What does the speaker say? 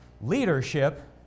leadership